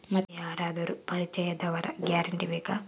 ಮತ್ತೆ ಯಾರಾದರೂ ಪರಿಚಯದವರ ಗ್ಯಾರಂಟಿ ಬೇಕಾ?